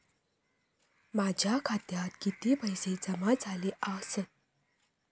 माझ्या खात्यात किती पैसे जमा झाले आसत?